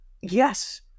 Yes